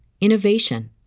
innovation